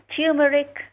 turmeric